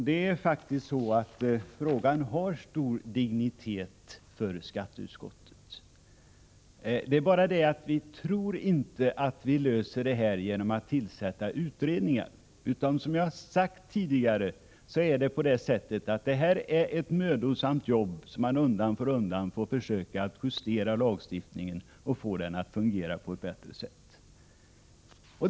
Herr talman! Den här frågan har faktiskt en stor dignitet för skatteutskottet. Det är bara det att vi inte tror att vi löser den genom att tillsätta utredningar. Som jag har sagt tidigare är detta ett mödosamt jobb, och man får undan för undan försöka justera lagstiftningen för att få den att fungera på ett bättre sätt.